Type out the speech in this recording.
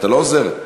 אתה לא עוזר לי.